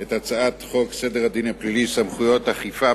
את הצעת חוק סדר הדין הפלילי (סמכויות אכיפה,